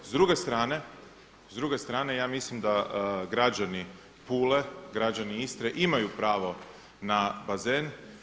S druge strane, ja mislim da građani Pule, građani Istre imaju pravo na bazen.